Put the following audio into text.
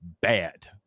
bad